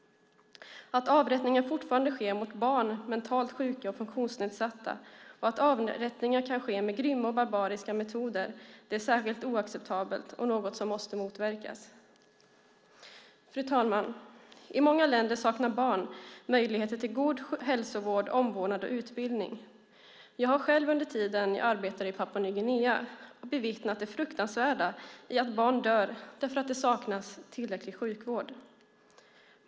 Att avrättningar fortfarande sker av barn, mentalt sjuka och funktionsnedsatta och att avrättningar kan ske med grymma och barbariska metoder är särskilt oacceptabelt och något som måste motverkas. Fru talman! I många länder saknar barn möjligheter till god hälsovård, omvårdnad och utbildning. Jag har själv under tiden jag arbetade i Papua Nya Guinea bevittnat det fruktansvärda i att barn dör därför att det saknas tillräcklig sjukvård.